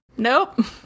Nope